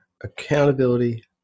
accountability